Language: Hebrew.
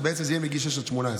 ובעצם זה יהיה בגיל 6 18,